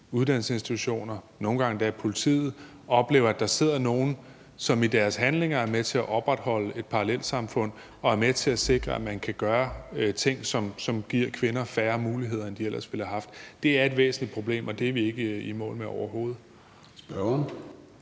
uddannelsesinstitutioner eller nogle gange endda politiet, oplever, at der sidder nogle, som i deres handlinger er med til at opretholde et parallelsamfund og er med til at sikre, at man kan gøre ting, som giver kvinder færre muligheder, end de ellers ville have haft. Det er et væsentligt problem, og det er vi ikke i mål med overhovedet. Kl.